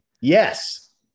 yes